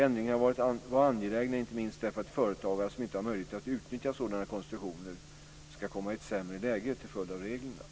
Ändringarna var angelägna inte minst därför att företagare som inte har möjlighet att utnyttja sådana konstruktioner inte ska komma i ett sämre läge till följd av reglerna.